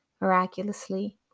Miraculously